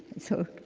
so,